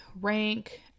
rank